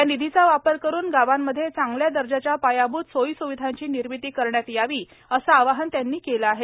या निधीचा वापर करून गावांमध्ये चांगल्या दर्जाच्या पायाभूत सोयीस्विधांची निर्मिती करण्यात यावी असे आवाहन त्यांनी केले आहे